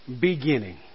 beginning